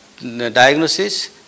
diagnosis